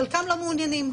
חלקם לא מעוניינים.